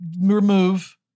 remove